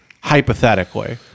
hypothetically